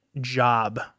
job